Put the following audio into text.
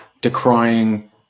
decrying